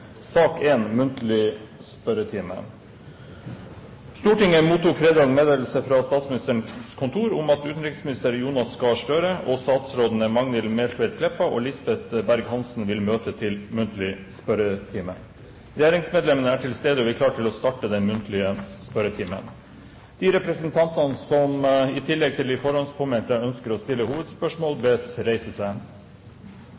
Stortinget mottok fredag meddelelse fra Statsministerens kontor om at utenriksminister Jonas Gahr Støre og statsrådene Magnhild Meltveit Kleppa og Lisbeth Berg-Hansen vil møte til muntlig spørretime. Regjeringsmedlemmene er til stede, og vi er klare til å starte den muntlige spørretimen. De representanter som i tillegg til de forhåndspåmeldte ønsker å stille hovedspørsmål,